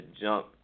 jump